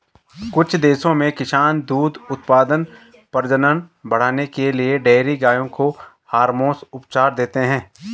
कुछ देशों में किसान दूध उत्पादन, प्रजनन बढ़ाने के लिए डेयरी गायों को हार्मोन उपचार देते हैं